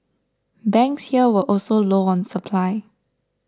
banks here were also low on supply